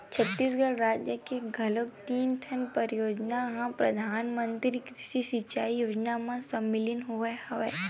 छत्तीसगढ़ राज के घलोक तीन ठन परियोजना ह परधानमंतरी कृषि सिंचई योजना म सामिल होय हवय